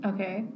Okay